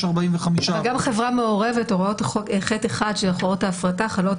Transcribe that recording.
יש 45%. גם חברה מעורבת הוראות ח1 של ההפרטה חלות